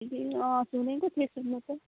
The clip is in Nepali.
ए अँ सुनेको थिएँ सुन्नु त